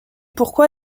pourquoi